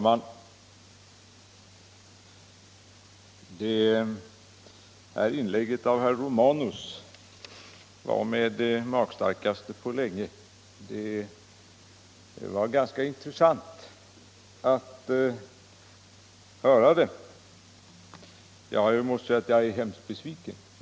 Herr talman! Herr Romanus inlägg var det magstarkaste jag hört på länge. Det var intressant att höra det. Jag måste säga att jag blev hemskt besviken.